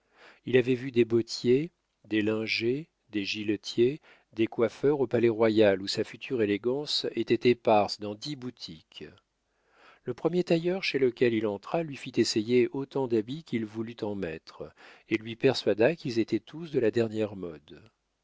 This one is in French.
il avait vu des bottiers des lingers des giletiers des coiffeurs au palais-royal où sa future élégance était éparse dans dix boutiques le premier tailleur chez lequel il entra lui fit essayer autant d'habits qu'il voulut en mettre et lui persuada qu'ils étaient tous de la dernière mode